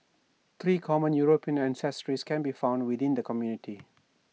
three common european ancestries can be found within the community